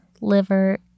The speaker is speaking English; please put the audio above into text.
liver